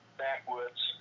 backwoods